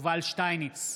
יובל שטייניץ,